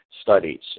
studies